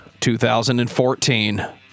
2014